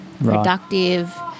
productive